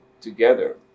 together